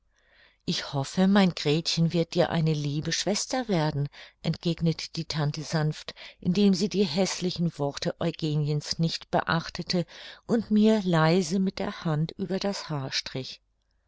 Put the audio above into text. ich hoffe mein gretchen wird dir eine liebe schwester werden entgegnete die tante sanft indem sie die häßlichen worte eugeniens nicht beachtete und mir leise mit der hand über das haar